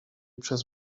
przez